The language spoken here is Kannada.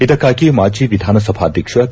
ಇದಕ್ಕಾಗಿ ಮಾಜಿ ಎಧನಸಭಾಧ್ಯಕ್ಷ ಕೆ